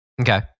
okay